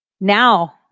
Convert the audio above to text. Now